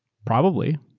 probably.